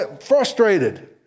frustrated